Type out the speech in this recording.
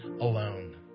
alone